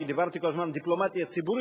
אני דיברתי כל הזמן על דיפלומטיה ציבורית.